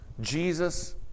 Jesus